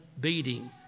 beating